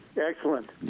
Excellent